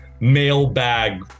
mailbag